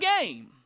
game